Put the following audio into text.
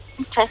Okay